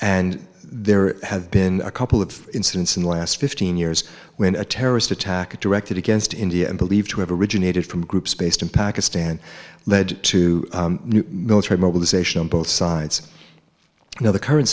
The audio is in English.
and there have been a couple of incidents in the last fifteen years when a terrorist attack directed against india and believed to have originated from groups based in pakistan led to military mobilization on both sides you know the current